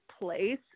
place